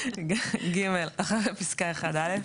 (ג)אחרי פסקה (1)